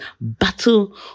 Battle